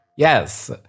Yes